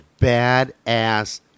badass